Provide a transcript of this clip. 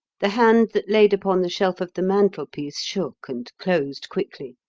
the hand that lay upon the shelf of the mantelpiece shook and closed quickly.